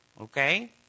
Okay